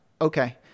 okay